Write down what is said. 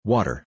Water